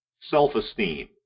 self-esteem